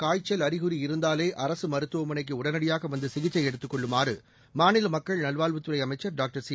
காய்ச்சல் அறிகுறி இருந்தாலே அரசு மருத்துவமனைக்கு உடனடியாக வந்து சிகிச்சை எடுத்துக் கொள்ளுமாறு மாநில மக்கள் நல்வாழ்வுத்துறை அமைச்சர் டாக்டர் சி